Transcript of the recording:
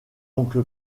donc